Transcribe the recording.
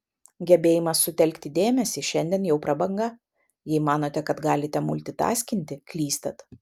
gebėjimas sutelkti dėmesį šiandien jau prabanga jei manote kad galite multitaskinti klystat